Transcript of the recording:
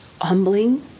humbling